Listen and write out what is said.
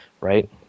right